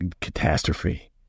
catastrophe